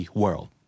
world